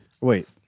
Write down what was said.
Wait